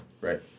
right